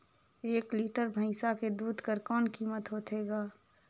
एक लीटर भैंसा के दूध कर कौन कीमत होथे ग?